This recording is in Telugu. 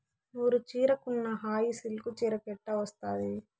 నూరు చీరకున్న హాయి సిల్కు చీరకు ఎట్టా వస్తాది